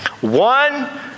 One